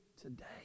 today